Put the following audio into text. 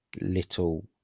little